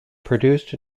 produced